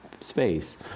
space